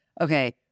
okay